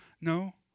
no